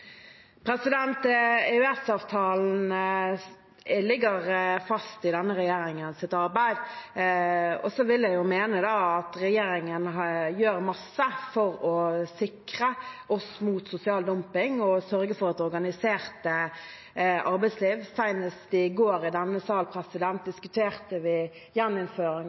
ligger fast i denne regjeringens arbeid. Jeg vil mene at regjeringen gjør masse for å sikre oss mot sosial dumping og sørge for et organisert arbeidsliv. Senest i går i denne sal diskuterte vi gjeninnføring